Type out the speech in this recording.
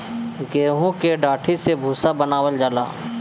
गेंहू की डाठी से भूसा बनावल जाला